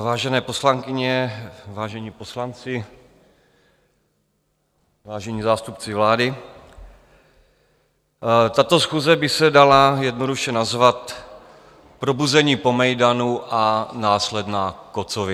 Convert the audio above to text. Vážené poslankyně, vážení poslanci, vážení zástupci vlády, tato schůze by se dala jednoduše nazvat probuzení po mejdanu a následná kocovina.